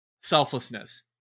selflessness